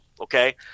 Okay